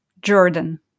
Jordan